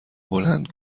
بلند